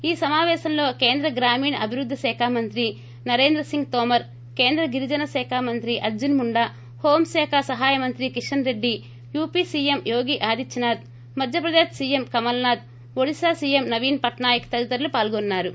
ఈ సమాపేశం లో కేంద్ర గ్రామీణ అభివృద్ధి శాఖ మంత్రి నరేంద్ర సింగ్ తోమర్ కేంద్ర గిరిజన శాఖ మంత్రి అర్డున్ ముండా హో శాఖ సహాయ మంత్రి Kishan Reddy UP CM Yogi Adityanath Madhya Pradesh CM Kamal Nath Odisha CM Naveen Patnaik తదితరులు పాల్గొన్నారు